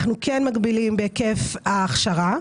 אנחנו מגבילים בהיקף ההכשרה.